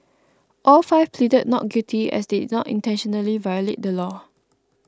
all five pleaded not guilty as they did not intentionally violate the law